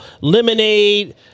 Lemonade